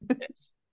yes